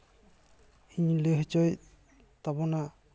ᱤᱧ ᱞᱟᱹᱭ ᱦᱚᱪᱚᱭᱮᱫ ᱛᱟᱵᱚᱱᱟ